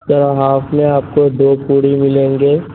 سر half میں آپ کو دو پوڑی ملیں گے